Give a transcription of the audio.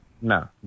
No